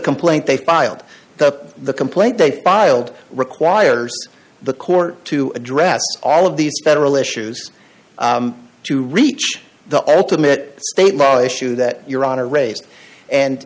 complaint they filed the complaint they filed requires the court to address all of these federal issues to reach the ultimate state law issue that your honor race and